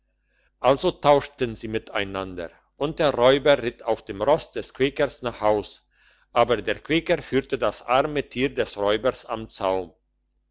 also tauschten sie miteinander und der räuber ritt auf dem ross des quäkers nach haus aber der quäker führte das arme tier des räubers am zaum